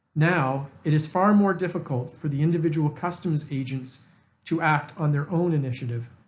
now it is far more difficult for the individual customs agents to act on their own initiative.